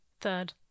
third